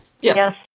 Yes